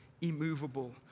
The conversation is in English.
immovable